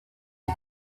die